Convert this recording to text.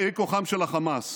באי כוחם של החמאס.